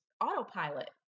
autopilot